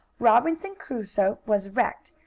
robinson crusoe was wrecked,